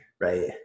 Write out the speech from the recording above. right